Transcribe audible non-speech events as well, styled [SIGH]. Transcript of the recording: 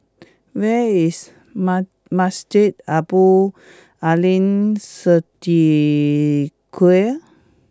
Where is [UNINTELLIGIBLE] Masjid Abdul Aleem Siddique